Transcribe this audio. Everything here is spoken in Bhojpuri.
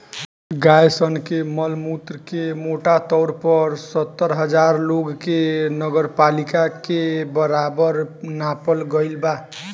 गाय सन के मल मूत्र के मोटा तौर पर सत्तर हजार लोग के नगरपालिका के बराबर नापल गईल बा